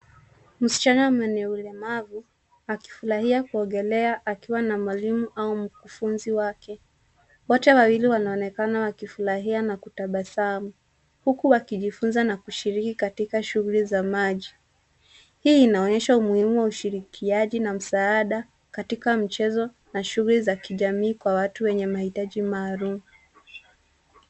Msichana mwenye ulemavu akifurahia kuogelea akiwa na mwalimu au mkufunzi wake. Wote wawili wanaonekana wakifurahia na kutabasamu huku wakijifunza na kushiriki katika shughuli za maji. Hii inaonesha umuhimu wa ushirikiano na msaada katika mchezo na shughuli za kijamii kwa watu wenye mahitaji maalum.